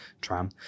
tram